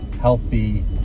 healthy